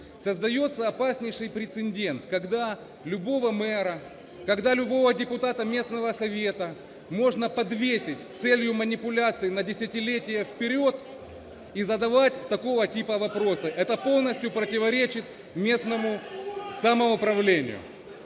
Создается опаснейший прецедент, когда любого мэра, любого депутата местного совета можно подвесить с целью манипуляций на десятилетия вперед и задавать такого типа вопросы, это полностью противоречит местному самоуправлению.